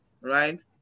right